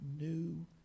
new